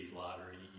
lottery